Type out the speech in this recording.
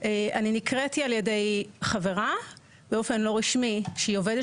שזה לא יהיה